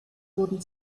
wurden